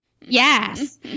Yes